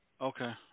Okay